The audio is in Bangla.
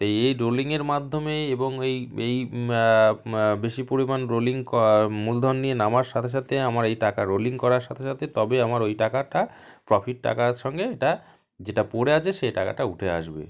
এই এই রোলিংয়ের মাধ্যমে এবং এই এই বেশি পরিমাণ রোলিং মূলধন নিয়ে নামার সাথে সাথে আমার এই টাকা রোলিং করার সাথে সাথে তবেই আমার ওই টাকাটা প্রফিট টাকার সঙ্গে এটা যেটা পড়ে আছে সে টাকাটা উঠে আসবে